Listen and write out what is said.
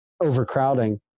overcrowding